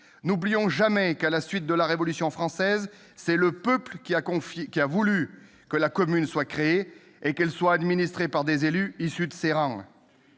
N'oublions jamais qu'à la suite de la Révolution française, c'est le peuple qui a voulu que la commune soit créée et qu'elle soit administrée par des élus issus de ses rangs.